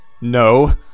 No